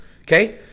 okay